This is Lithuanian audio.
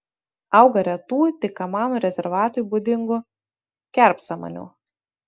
auga retų tik kamanų rezervatui būdingų kerpsamanių